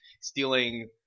stealing